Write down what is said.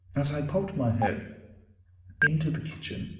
as i popped my head into the kitchen,